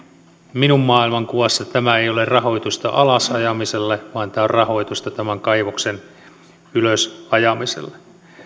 minun maailmankuvassani tämä ei ole rahoitusta alasajamiselle vaan tämä on rahoitusta tämän kaivoksen ylösajamiselle